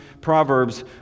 Proverbs